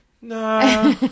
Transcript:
No